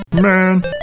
Man